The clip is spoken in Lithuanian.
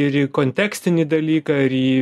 ir į kontekstinį dalyką ir į